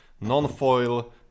Non-foil